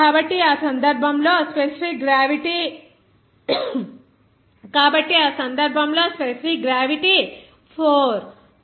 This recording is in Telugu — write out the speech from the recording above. కాబట్టి ఆ సందర్భంలో స్పెసిఫిక్ గ్రావిటీ 4 25 అనేది 0